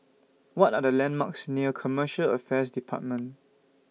What Are The landmarks near Commercial Affairs department